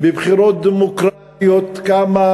בבחירות דמוקרטיות, כמה